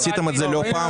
עשיתם את זה לא פעם.